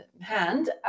hand